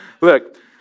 Look